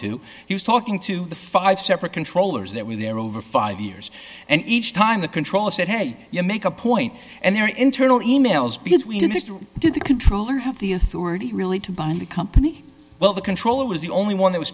to he was talking to the five separate controllers that were there over five years and each time the controller said hey you make a point and there are internal e mails because we did the controller have the authority really to bind the company well the controller was the only one who was